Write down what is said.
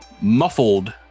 muffled